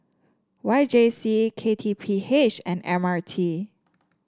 Y J C K T P H and M R T